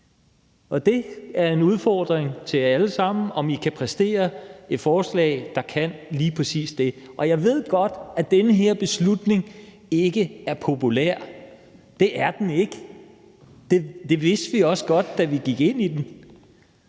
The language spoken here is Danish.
Det er en udfordring til jer alle sammen, altså om I kan præsentere et forslag, der kan lige præcis det. Jeg ved godt, at den her beslutning ikke er populær. Det er den ikke. Det vidste vi også godt, da vi gik ind i den.